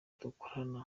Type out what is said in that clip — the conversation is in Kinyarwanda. dukorana